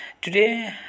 today